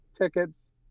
tickets